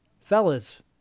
fellas